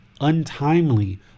untimely